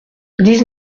dix